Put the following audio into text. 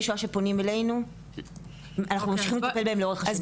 שואה שפונים אלינו אנחנו ממשיכים לטפל בהם לאורך השנים.